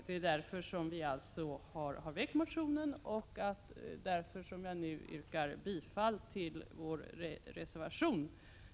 Det är därför vi har väckt motionen och därför som jag nu yrkar bifall till vår reservation.